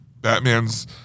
Batman's